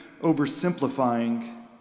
oversimplifying